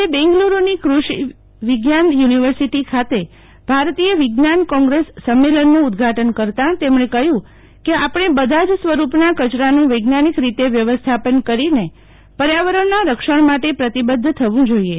આજે બેગ્લુરૂની ક્રષિ વિજ્ઞાન યુનિવસિટી ખાતે ભારતીય વિજ્ઞાન કોંગ્રસ સંમલનનું ઉદઘાટન કરતાં તેમણે કહયું હત કે આપણે બધા જ સ્વરૂપના કચરાંન વૈજ્ઞાનિક રીતે વ્યવસ્થાપન કરીને પર્યાવરણ ના રક્ષણ માટે પ્રતિબધ્ધ થવું જોઈએ